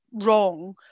wrong